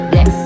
Yes